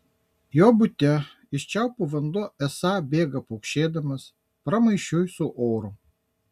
jo bute iš čiaupų vanduo esą bėga pukšėdamas pramaišiui su oru